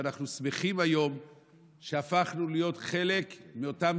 ואנחנו שמחים היום שהפכנו להיות חלק מאותם